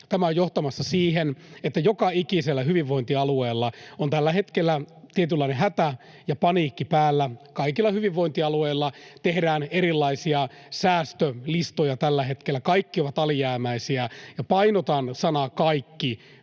Tämä on johtamassa siihen, että joka ikisellä hyvinvointialueella on tällä hetkellä tietynlainen hätä ja paniikki päällä. Kaikilla hyvinvointialueilla tehdään erilaisia säästölistoja tällä hetkellä. Kaikki ovat alijäämäisiä, ja painotan sanaa ”kaikki”.